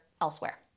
elsewhere